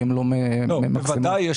בוודאי יש